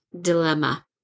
dilemma